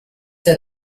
der